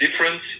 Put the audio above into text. difference